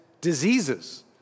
diseases